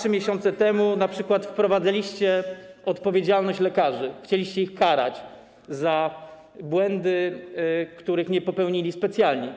2–3 miesiące temu np. wprowadzaliście odpowiedzialność lekarzy, chcieliście ich karać za błędy, których nie popełnili specjalnie.